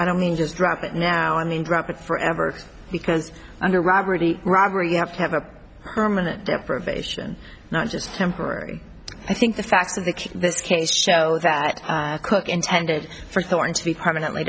i don't mean just drop it now i mean drop it forever because under robbery robbery you have to have a permanent deprivation not just temporary i think the fact of the this case show that cook intended for thorne to be permanently